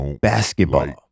basketball